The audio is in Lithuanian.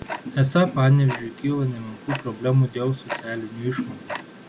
esą panevėžiui kyla nemenkų problemų dėl socialinių išmokų